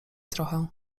trochę